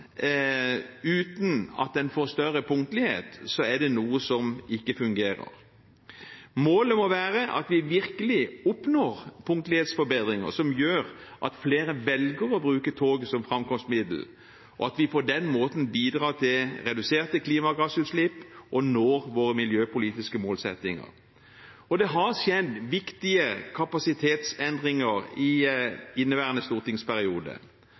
uten at en får mer punktlighet, er det noe som ikke fungerer. Målet må være at vi virkelig oppnår punktlighetsforbedringer, som gjør at flere velger å bruke tog som framkomstmiddel, og at vi på den måten bidrar til reduserte klimagassutslipp og når våre miljøpolitiske målsettinger. Det har skjedd viktige kapasitetsendringer i inneværende stortingsperiode.